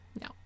No